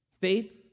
Faith